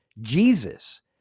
Jesus